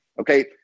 okay